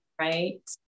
right